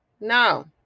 No